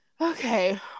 Okay